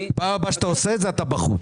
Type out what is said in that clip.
פעם הבאה שאתה עושה, אתה בחוץ.